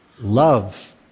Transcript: love